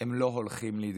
הם לא הולכים להתגשם.